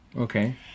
Okay